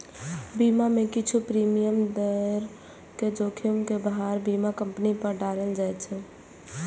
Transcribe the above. बीमा मे किछु प्रीमियम दए के जोखिम के भार बीमा कंपनी पर डालल जाए छै